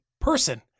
person